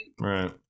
right